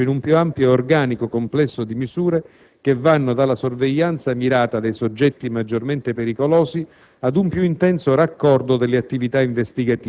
Il provvedimento di rimodulazione oraria si inserisce in un più ampio ed organico complesso di misure, che vanno dalla sorveglianza mirata dei soggetti maggiormente pericolosi